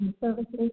services